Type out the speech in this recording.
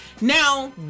Now